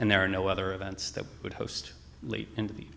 and there are no other events that would host late into